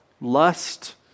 lust